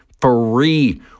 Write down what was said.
free